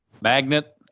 Magnet